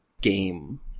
game